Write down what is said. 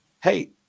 Hey